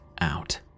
out